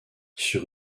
sur